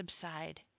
subside